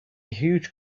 huge